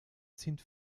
sind